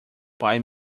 pai